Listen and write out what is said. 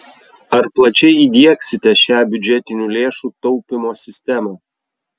ar plačiai įdiegsite šią biudžetinių lėšų taupymo sistemą